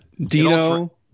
Dino